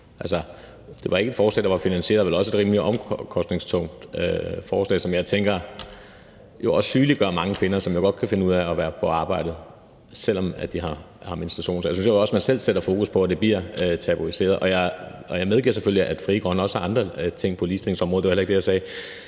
det var ikke et forslag, der var finansieret, og vel også et rimelig omkostningstungt forslag, som jeg tænker jo også sygeliggør mange kvinder, som jo godt kan finde ud af at være på arbejde, selv om de har menstruation. Så jeg synes nok også, at man selv sætter fokus på det og det bliver tabuiseret. Jeg medgiver selvfølgelig, at Frie Grønne også har andre ting på ligestillingsområdet,